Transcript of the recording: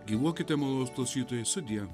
gyvuokite nuolatos rytoj sudie